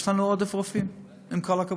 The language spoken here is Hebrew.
יש לנו עודף רופאים, עם כל הכבוד.